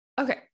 okay